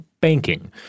banking